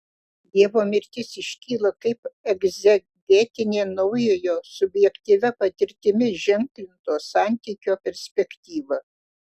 dievo mirtis iškyla kaip egzegetinė naujojo subjektyvia patirtimi ženklinto santykio perspektyva